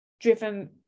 driven